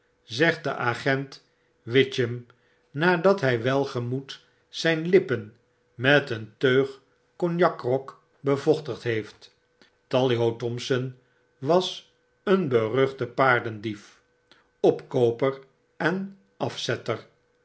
zegt de agent witchem nadat hjj welgemoed zyn lippen met een teug cognacgrog bevochtigd heeft w tally ho thompson was een beruchte paardendief opkooper en afzetter